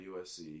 USC